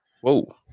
Whoa